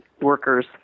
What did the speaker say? workers